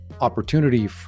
opportunity